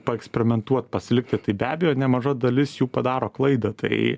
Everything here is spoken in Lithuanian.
paeksperimentuo pasilikti tai be abejo nemaža dalis jų padaro klaidą tai